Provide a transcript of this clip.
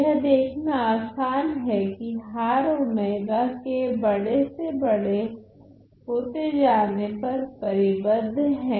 यह देखना आसान है की हार ओमेगा के बड़े से बड़े होते जाने पर परिबद्ध हैं